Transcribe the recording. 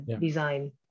design